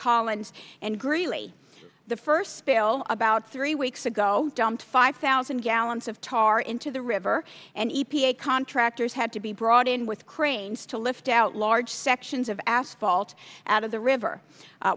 collins and greeley the first spill about three weeks ago dumped five thousand gallons of tar into the river and e t a contractors had to be brought in with cranes to lift out large sections of asphalt out of the river